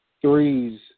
threes